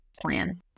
plan